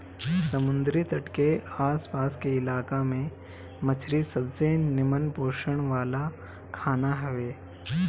समुंदरी तट के आस पास के इलाका में मछरी सबसे निमन पोषण वाला खाना हवे